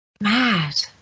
Mad